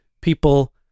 people